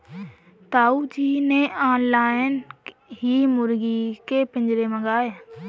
ताऊ जी ने ऑनलाइन ही मुर्गी के पिंजरे मंगाए